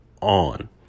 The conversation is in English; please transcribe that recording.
on